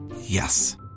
Yes